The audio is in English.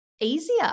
easier